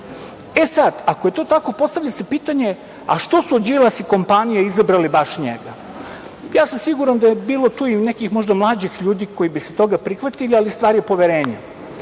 sada, ako je to tako, postavlja se pitanje što su Đilas i kompanija izabrali baš njega? Ja sam siguran da je bilo tu nekih možda mlađih ljudi koji bi se toga prihvatili, ali stvar je u poverenju.